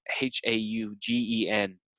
H-A-U-G-E-N